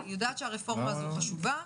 אני יודעת שהרפורמה הזאת חשובה.